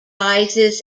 rises